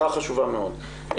מסוגלת.